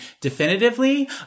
definitively